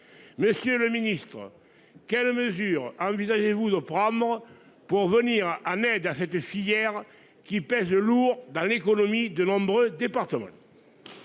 Monsieur le Ministre, quelles mesures envisagez-vous de prendre pour venir en aide à c'était si hier qui pèsent lourd dans l'économie de nombreux départements.